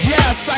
Yes